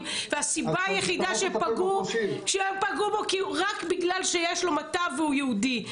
והסיבה היחידה שפגעו בו כי רק בגלל שיש לו מטע והוא יהודי,